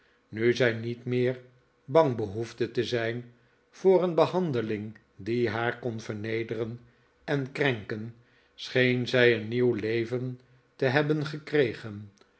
nu zij niet meer bang behoefde te zijn voor een behandeling die haar kon vernederen en krenken scheen zij een nieuw leven te hebben gekregen